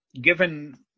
given